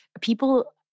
People